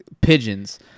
pigeons